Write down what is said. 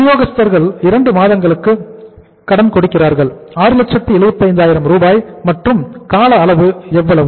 விநியோகஸ்தர்கள் இரண்டு மாதங்களுக்கு கொடுக்கிறார்கள் 675000 மற்றும் கால அளவு எவ்வளவு